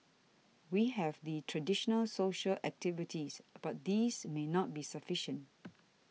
we have the traditional social activities but these may not be sufficient